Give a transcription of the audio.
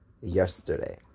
yesterday